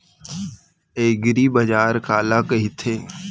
एगरीबाजार काला कहिथे?